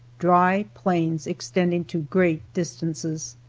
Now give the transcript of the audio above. dry plains extending to great distances.